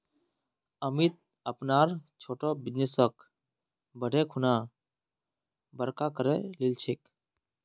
अमित अपनार छोटो बिजनेसक बढ़ैं खुना बड़का करे लिलछेक